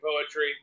poetry